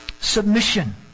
Submission